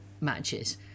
matches